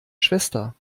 schwester